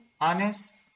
honest